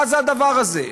מה זה הדבר הזה?